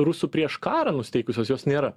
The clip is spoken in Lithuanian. rusų prieš karą nusiteikusios jos nėra